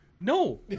No